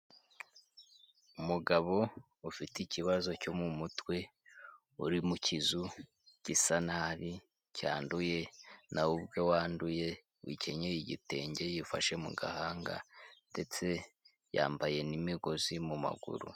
Umugabo ufite ikibazo cyo mu mutwe uri mu kizu gisa nabi cyanduye nawe ubwe wanduye ukennye igitenge yifashe mu gahanga ndetse yambaye n'imigozi mu maguru.